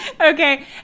Okay